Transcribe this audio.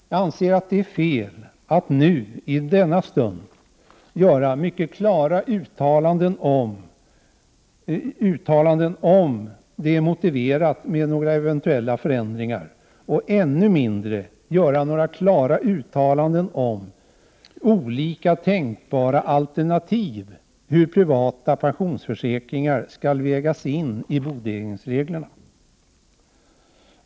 Jag anser att det är fel att nu i denna stund göra mycket klara uttalanden om huruvida det är motiverat med några eventuella förändringar och ännu mindre göra några klara uttalanden om olika tänkbara alternativ för hur privata pensionsförsäkringar skall vägas in i bodelningsreglerna.